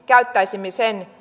käyttäisimme